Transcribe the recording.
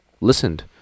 listened